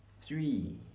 three